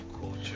culture